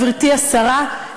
גברתי השרה,